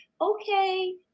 Okay